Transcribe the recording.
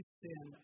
sin